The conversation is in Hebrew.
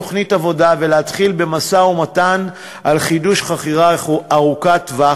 תוכנית עבודה ולהתחיל במשא-ומתן לחידוש חכירה ארוכת טווח,